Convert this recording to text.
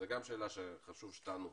זו גם שאלה שחשוב שתענו עליה.